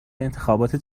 انتخابات